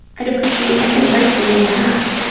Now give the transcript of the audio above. i'd appreciate any advice you may have